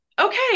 Okay